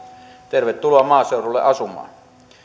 tervetuloa maaseudulle asumaan